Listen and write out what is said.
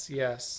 yes